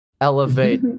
elevate